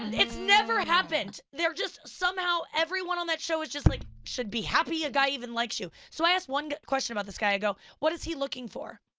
it's never happened. there just, somehow, everyone on that show is just like, should be happy a guy even likes you. so i ask one question about this guy, i go, what is he looking for?